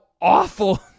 awful